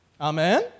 Amen